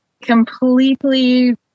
completely